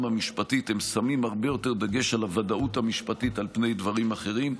המשפטית שמים הרבה יותר דגש על הוודאות המשפטית על פני דברים אחרים.